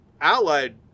allied